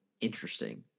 interesting